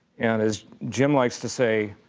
and as jim likes to say,